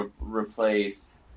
replace